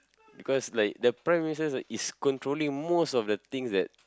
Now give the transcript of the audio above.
because like the Prime-Ministers are is controlling most of the things that